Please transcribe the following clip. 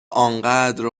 انقدر